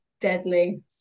deadly